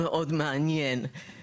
המחוקק כן קבע קו